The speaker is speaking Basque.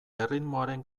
erritmoaren